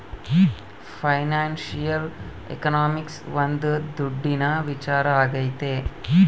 financial economics ಒಂದ್ ದುಡ್ಡಿನ ವಿಚಾರ ಆಗೈತೆ